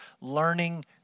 learning